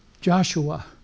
Joshua